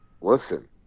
Listen